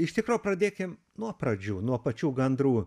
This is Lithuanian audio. iš tikro pradėkim nuo pradžių nuo pačių gandrų